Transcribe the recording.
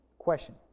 Question